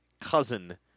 cousin